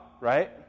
right